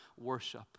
worship